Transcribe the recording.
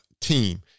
team